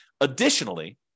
Additionally